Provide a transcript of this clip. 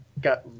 got